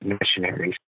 missionaries